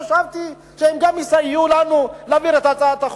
חשבתי שגם הם יסייעו לנו להעביר את הצעת החוק.